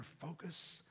focus